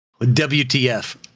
wtf